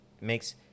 makes